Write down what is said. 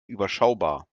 überschaubar